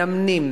מאמנים